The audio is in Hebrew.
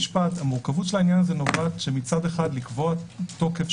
המורכבות של העניין הזה נובעת מכך שמצד אחד לקבוע תוקף,